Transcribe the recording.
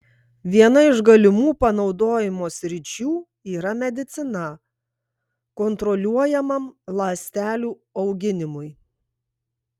viena iš galimų panaudojimo sričių yra medicina kontroliuojamam ląstelių auginimui